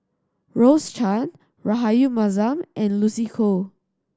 Rose Chan Rahayu Mahzam and Lucy Koh